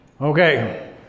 Okay